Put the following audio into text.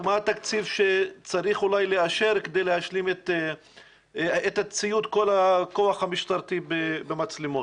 מה התקציב שצריך אולי לאשר כדי להשלים את ציוד כל הכוח המשטרתי במצלמות?